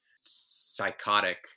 psychotic